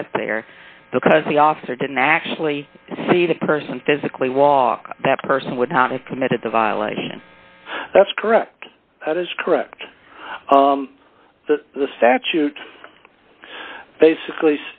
get there because the officer didn't actually see the person physically walk that person would have committed the violation that's correct that is correct that the statute basically